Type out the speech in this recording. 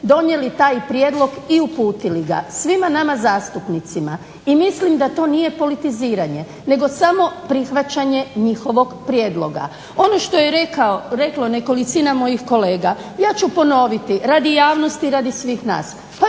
donijeli taj prijedlog i uputili ga svima nama zastupnicima i mislim da to nije politiziranje nego samo prihvaćanje njihovog prijedloga. Ono što je rekla nekolicina mojih kolega, ja ću ponoviti radi javnosti, radi svih nas,